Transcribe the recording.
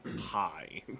hi